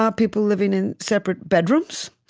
ah people living in separate bedrooms.